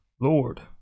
Lord